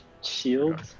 shield